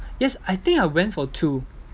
yes I think I went for two